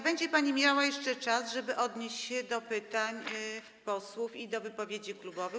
Będzie pani miała jeszcze czas, żeby odnieść się do pytań posłów i do wypowiedzi klubowych.